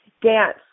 dance